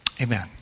amen